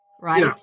right